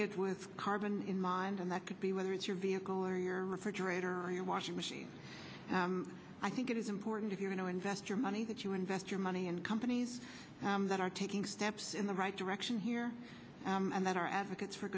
it with carbon in mind and that could be whether it's your vehicle or your refrigerator or your washing machine i think it is important if you want to invest your money that you invest your money in companies that are taking steps in the right direction here and that are advocates for